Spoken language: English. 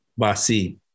basi